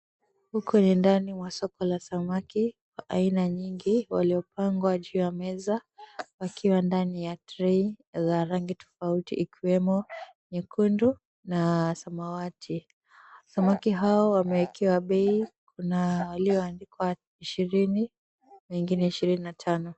Huku ni ndani mwa soko la samaki wa aina nyingi waliopangwa juu ya meza, wakiwa ndani ya tray za rangi tofauti ikiwemo nyekundu na samawati. Samaki hao wameekewa bei, kuna walioandikwa ishirini na wengine ishirini na tano.